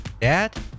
Dad